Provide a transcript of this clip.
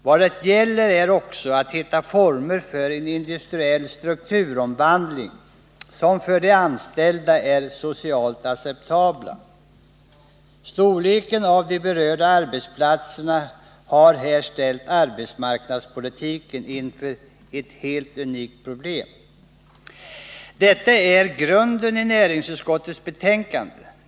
Vad det vidare gäller är att hitta former för en industriell strukturomvandling som för de anställda är socialt acceptabla. Storleken av de berörda arbetsplatserna har ställt arbetsmarknadspolitiken inför ett helt unikt problem. Detta är bakgrunden till näringsutskottets betänkande.